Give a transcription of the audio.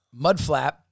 mudflap